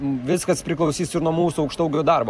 viskas priklausys ir nuo mūsų aukštaūgių darbo